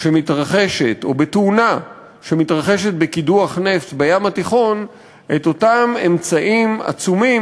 שמתרחשת או בתאונה שמתרחשת בקידוח נפט בים התיכון את אותם אמצעים עצומים